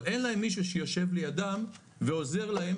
אבל אין להם מישהו שיושב לידם ועוזר להם